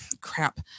Crap